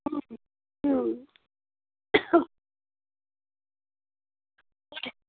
হুম